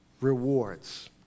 rewards